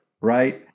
right